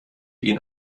ihn